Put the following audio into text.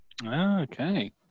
Okay